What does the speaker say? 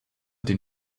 den